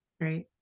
Great